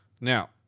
Now